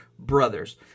brothers